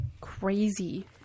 crazy